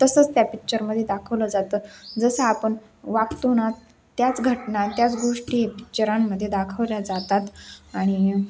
तसंच त्या पिकच्चरमध्ये दाखवलं जातं जसं आपण वागतोना त्याच घटना त्याच गोष्टी हे पि्चरांमध्ये दाखवल्या जातात आणि